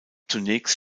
zunächst